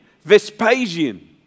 Vespasian